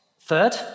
Third